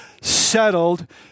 settled